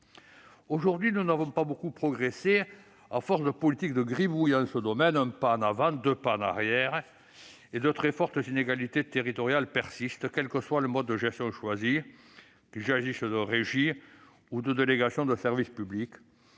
Aujourd'hui, nous n'avons pas beaucoup progressé à force de politiques de gribouille dans ce domaine, un pas en avant, deux pas en arrière. De très fortes inégalités territoriales persistent, quel que soit le mode de gestion choisi- en régie municipale ou par une société privée en délégation de service public